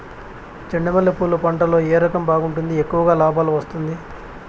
చెండు మల్లె పూలు పంట లో ఏ రకం బాగుంటుంది, ఎక్కువగా లాభాలు వస్తుంది?